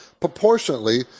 proportionately